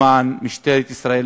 למען משטרת ישראל,